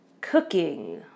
cooking